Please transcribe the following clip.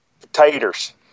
Potatoes